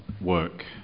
work